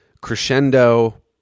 crescendo